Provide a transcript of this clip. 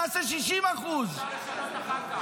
נעשה 60%. אפשר לשנות אחר כך,